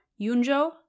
Yunjo